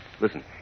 Listen